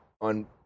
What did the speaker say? on